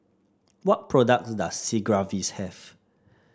what products does Sigvaris have